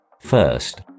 First